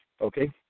Okay